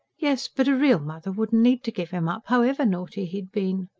yes, but a real mother wouldn't need to give him up, however naughty he had been.